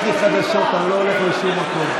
יש לי חדשות: אני לא הולך לשום מקום.